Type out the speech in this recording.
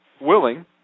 willing